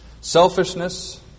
Selfishness